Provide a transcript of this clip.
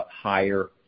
higher